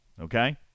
Okay